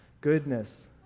Goodness